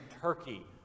Turkey